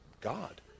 God